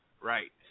Right